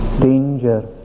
Danger